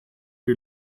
die